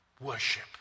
Worship